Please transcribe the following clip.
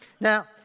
Now